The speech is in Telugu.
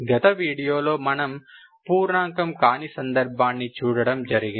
గత వీడియోలో మనం పూర్ణాంకం కాని సందర్భాన్ని చూడడం జరిగింది